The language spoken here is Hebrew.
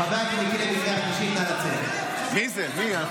חבר הכנסת לוי, קריאה שנייה.